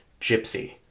Gypsy